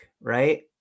right